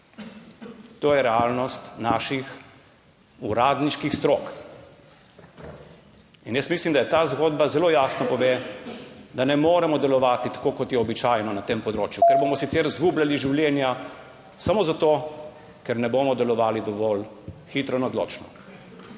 To je realnost naših uradniških strok. Jaz mislim, da ta zgodba zelo jasno pove, da ne moremo delovati tako, kot je običajno na tem področju, ker bomo sicer izgubljali življenja samo zato, ker ne bomo delovali dovolj hitro in odločno.